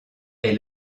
est